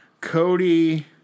Cody